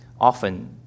often